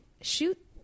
shoot